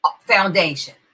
Foundation